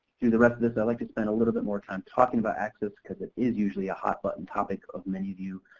through the rest of this, i'd like to spend a little bit more time talking about access because it is usually a hot button topic of many of you,